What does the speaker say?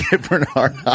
Bernard